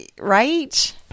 right